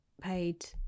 paid